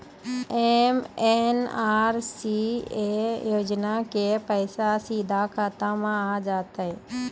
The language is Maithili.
एम.एन.आर.ई.जी.ए योजना के पैसा सीधा खाता मे आ जाते?